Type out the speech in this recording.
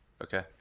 Okay